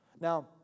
Now